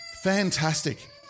Fantastic